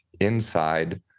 inside